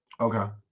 Okay